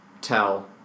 tell